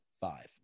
five